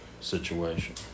situation